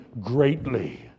greatly